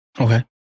Okay